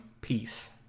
Peace